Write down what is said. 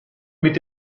mit